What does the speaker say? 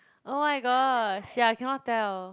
oh my gosh ya cannot tell